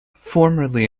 formerly